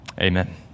Amen